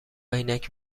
عینک